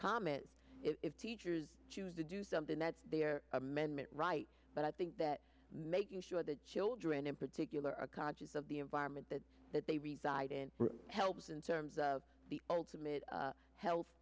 comment if teachers choose to do something that they are amendment right but i think that making sure that children in particular are conscious of the environment that they reside in helps in terms of the ultimate health